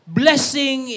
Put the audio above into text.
blessing